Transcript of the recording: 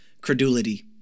Credulity